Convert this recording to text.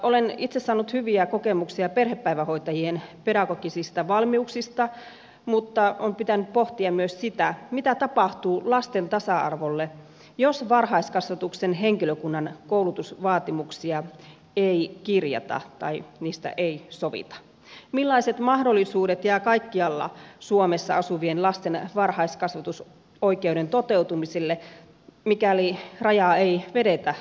olen itse saanut hyviä kokemuksia perhepäivähoitajien pedagogisista valmiuksista mutta on pitänyt pohtia myös sitä mitä tapahtuu lasten tasa arvolle jos varhaiskasvatuksen henkilökunnan koulutusvaatimuksia ei kirjata tai niistä ei sovita millaiset mahdollisuudet jää lasten varhaiskasvatusoikeuden toteutumiseen kaikkialla suomessa mikäli rajaa ei vedetä lakiin